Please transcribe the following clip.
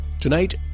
Tonight